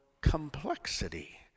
complexity